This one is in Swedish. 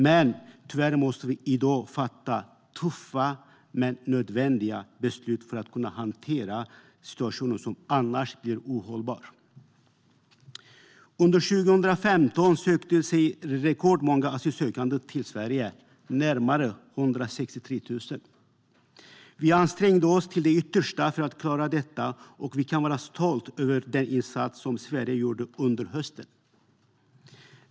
Men tyvärr måste vi i dag fatta tuffa men nödvändiga beslut för att kunna hantera situationen, som annars blir ohållbar. Under 2015 sökte sig rekordmånga asylsökande till Sverige - närmare 163 000. Vi ansträngde oss till det yttersta för att klara detta, och vi kan vara stolta över den insats som Sverige gjorde under hösten.